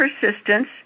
persistence